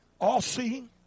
all-seeing